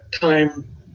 time